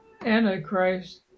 Antichrist